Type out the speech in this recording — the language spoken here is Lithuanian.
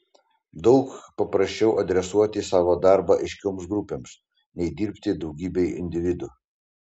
daug paprasčiau adresuoti savo darbą aiškioms grupėms nei dirbti daugybei individų